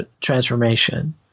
transformation